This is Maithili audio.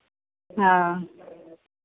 हँ